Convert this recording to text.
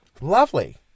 Lovely